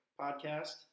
podcast